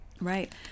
Right